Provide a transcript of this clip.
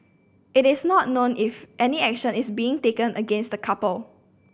it is not known if any action is being taken against the couple